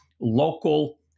local